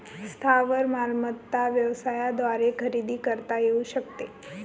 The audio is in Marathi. स्थावर मालमत्ता व्यवसायाद्वारे खरेदी करता येऊ शकते